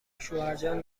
شوهرجان